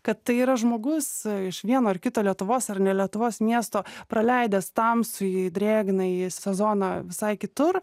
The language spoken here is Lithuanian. kad tai yra žmogus iš vieno ar kito lietuvos ar ne lietuvos miesto praleidęs tamsųjį drėgnąjį sezoną visai kitur